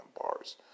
bars